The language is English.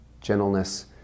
gentleness